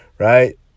Right